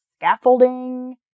scaffolding